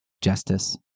justice